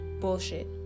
Bullshit